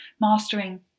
mastering